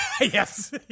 yes